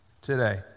today